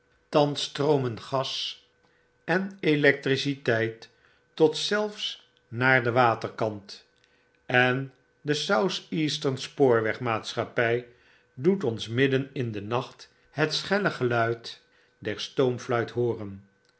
thans stroomen gas en electriciteit tot zelfs naar den waterkant en de south eastern spoorweg maatschappy doet ons midden in den nacht het schelle geluid der stoomfluit hooren